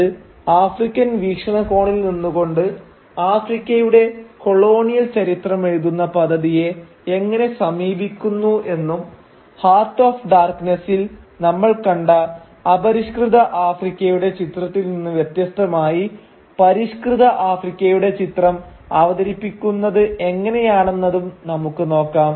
അത് ആഫ്രിക്കൻ വീക്ഷണകോണിൽ നിന്നുകൊണ്ട് ആഫ്രിക്കയുടെ കൊളോണിയൽ ചരിത്രമെഴുതുന്ന പദ്ധതിയെ എങ്ങനെ സമീപിക്കുന്നു എന്നും ഹാർട്ട് ഓഫ് ഡാർക്ക്നെസിൽ നമ്മൾ കണ്ട അപരിഷ്കൃത ആഫ്രിക്കയുടെ ചിത്രത്തിൽ നിന്ന് വ്യത്യസ്തമായി പരിഷ്കൃത ആഫ്രിക്കയുടെ ചിത്രം അവതരിപ്പിക്കുന്നത് എങ്ങനെയാണെന്നതും നമുക്ക് നോക്കാം